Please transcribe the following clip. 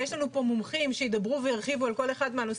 יש לנו פה מומחים שידברו וירחיבו על כל אחד מהנושאים,